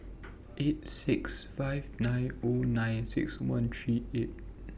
eight six five nine O nine six one three eight